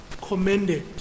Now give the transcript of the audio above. commended